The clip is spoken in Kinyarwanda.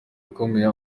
ukomeye